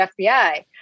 fbi